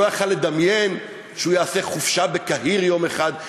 לא יכול היה לדמיין שהוא יעשה חופשה בקהיר יום אחד,